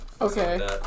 Okay